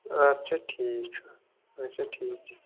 اچھا ٹھیٖک چھُ اچھا ٹھیٖک چھُ